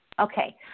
Okay